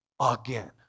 again